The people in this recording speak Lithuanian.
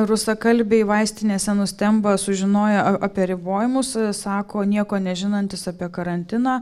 rusakalbiai vaistinėse nustemba sužinoję apie ribojimus sako nieko nežinantys apie karantiną